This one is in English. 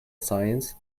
science